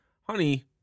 Honey